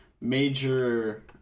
major